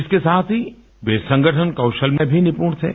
इसके साथ ही वे संगठन कौशल में भी निपूण थे